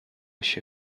się